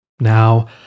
Now